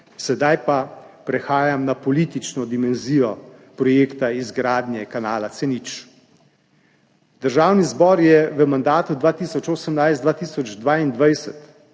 sedaj pa prehajam na politično dimenzijo projekta izgradnje kanala C0. Državni zbor je v mandatu 2018–2022